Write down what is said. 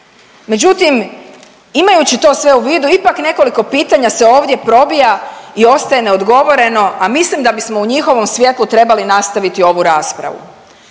Međutim, imajući to sve u vidu, ipak nekoliko pitanja se ovdje probija i ostaje neodgovoreno a mislim da bismo u njihovom svjetlu trebali nastaviti ovu raspravu.